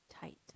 tight